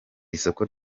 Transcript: isoko